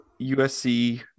USC